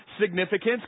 significance